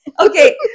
Okay